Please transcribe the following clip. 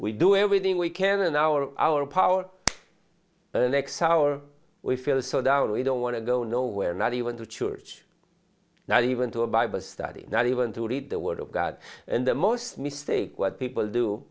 we do everything we can in our our power the next hour we feel so down we don't want to go nowhere not even to church not even to a bible study not even to read the word of god and the most mistake what people do